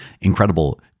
incredible